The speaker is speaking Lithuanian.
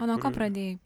o nuo ko pradėjai